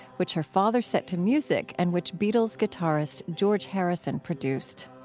which her father set to music and which beatles' guitarist george harrison produced.